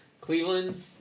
Cleveland